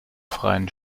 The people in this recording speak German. freien